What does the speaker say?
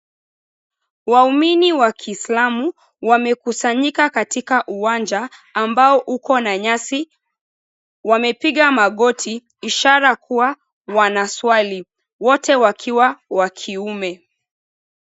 Waumini wa Kiislamu wamekusanyika katika uwanja ambao uko na nyasi. Wamepiga magoti, ishara kuwa wanaswali, wote wakiwa wa kiume.